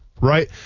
right